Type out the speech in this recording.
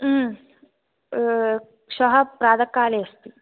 श्वः प्रातःकाले अस्ति